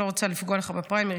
אני לא רוצה לפגוע לך בפריימריז,